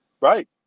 Right